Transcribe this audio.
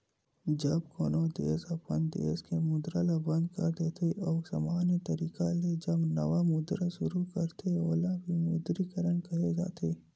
जब कोनो देस अपन देस के मुद्रा ल बंद कर देथे अउ समान्य तरिका ले जब नवा मुद्रा सुरू करथे ओला विमुद्रीकरन केहे जाथे